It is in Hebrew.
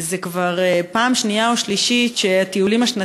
זו כבר פעם שנייה או שלישית שבמסגרת